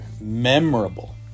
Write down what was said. memorable